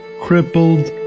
crippled